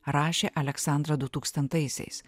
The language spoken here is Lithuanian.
rašė aleksandra dutūkstantaisiais